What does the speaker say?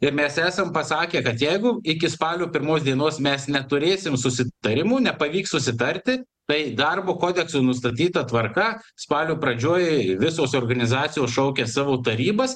ir mes esam pasakę kad jeigu iki spalio pirmos dienos mes neturėsim susitarimų nepavyks susitarti tai darbo kodekso nustatyta tvarka spalio pradžioj visos organizacijos šaukia savo tarybas